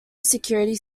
security